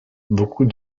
beaucoup